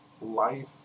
life